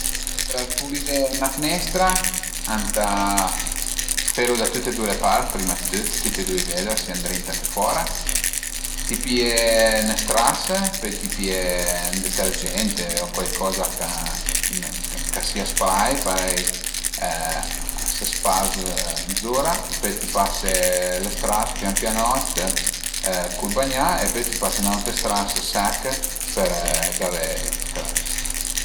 Për pulidé 'na fnestra ëntà felu da tüte due le part prima dë tüt, tüti e dui i veder, sia ëndrinta che fora, ti pìe ün stras, pöi ti pìe ën detergente o cuaicoza ch'a sia spray parei a së sparz zura, pöi ti pase lë stras pian pianot cul bagnà e pöi ti pase ün aute stras sech për favé tüta la resta